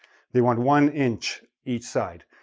they want one inch each side.